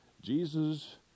Jesus